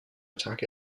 attack